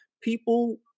people